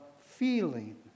feeling